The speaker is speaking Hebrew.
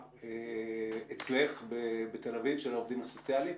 אצלך בתל אביב של העובדים הסוציאליים?